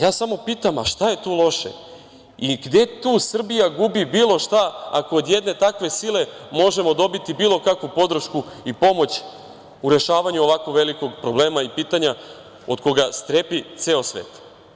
Ja samo pitam – šta je tu loše i gde tu Srbija gubi bilo šta ako od jedne takve sile možemo dobiti bilo kakvu podršku i pomoć u rešavanju ovako velikog problema i pitanja od koga strepi ceo svet?